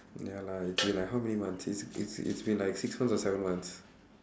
ya lah you see like how many months it's it's it's been like six months or seven months